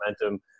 momentum